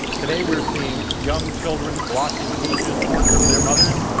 today, we are seeing young children locked in cages, torn from their mothers.